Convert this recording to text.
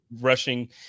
rushing